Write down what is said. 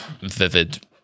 vivid